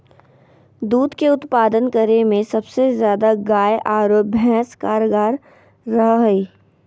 दूध के उत्पादन करे में सबसे ज्यादा गाय आरो भैंस कारगार रहा हइ